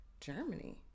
Germany